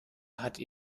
hatte